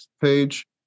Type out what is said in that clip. page